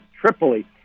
Tripoli